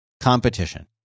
Competition